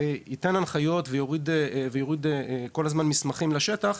יתן הנחיות ויוריד כל הזמן מסמכים לשטח,